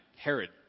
Herod